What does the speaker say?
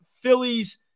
phillies